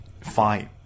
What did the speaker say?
fight